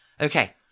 Okay